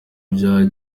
bya